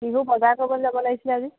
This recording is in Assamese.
বিহু বজাৰ কৰিবলৈ যাব লাগিছিলে আজি